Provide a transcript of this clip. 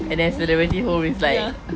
and then celebrity home is like